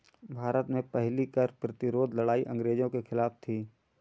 भारत में पहली कर प्रतिरोध लड़ाई अंग्रेजों के खिलाफ थी